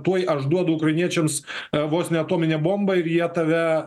tuoj aš duodu ukrainiečiams vos ne atominę bombą ir jie tave